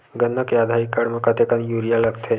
गन्ना के आधा एकड़ म कतेकन यूरिया लगथे?